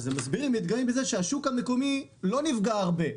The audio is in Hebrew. הם מתגאים בזה שהשוק המקומי לא נפגע הרבה,